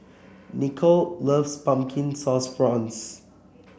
Nichole loves Pumpkin Sauce Prawns